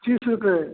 तीस रुपये